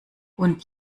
und